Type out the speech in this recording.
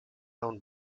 own